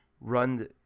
run